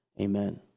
Amen